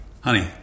Honey